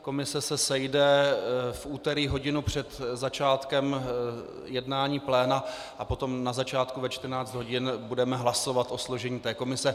Komise se sejde v úterý hodinu před začátkem jednání pléna a potom na začátku ve 14 hodin budeme hlasovat o složení té komise.